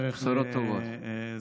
בשורות טובות.